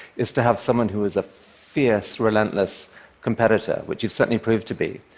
is to have someone who is a fierce, relentless competitor, which you've certainly proved to be.